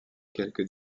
quelques